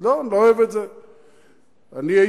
לא, אני לא אוהב את זה.